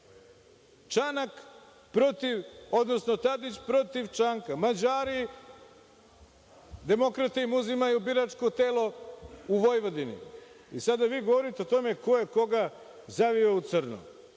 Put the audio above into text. Čanak protiv, odnosno Tadić protiv Čanka, Mađari, demokrate im uzimaju biračko telo u Vojvodini.I, sada vi govorite o tome ko je koga zavio u crno.